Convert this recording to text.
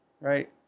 right